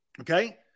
Okay